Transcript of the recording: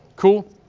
Cool